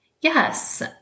Yes